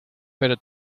pero